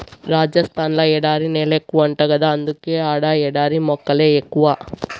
రాజస్థాన్ ల ఎడారి నేలెక్కువంట గదా అందుకే ఆడ ఎడారి మొక్కలే ఎక్కువ